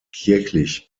kirchlich